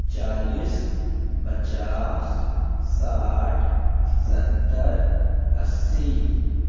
چالیس پچاس ساٹھ ستر اسی